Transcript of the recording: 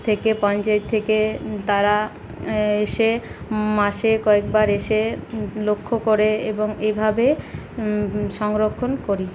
থেকে পঞ্চায়েত থেকে তারা এসে মাসে কয়েকবার এসে লক্ষ করে এবং এভাবে সংরক্ষণ করি